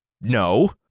No